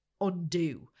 undo